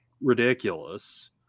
ridiculous